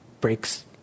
breaks